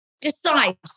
Decide